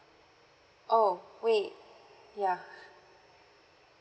oh wait ya